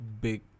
big